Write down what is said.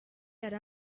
yari